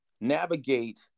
navigate